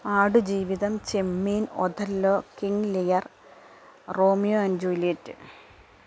Aadujeevitham Chemmeen Othello King Lear Romeo and Juliet